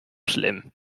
schlimm